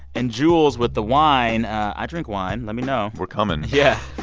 and jules with the wine, i drink wine. let me know we're coming yeah.